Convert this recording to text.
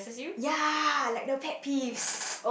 ya like the pet peeves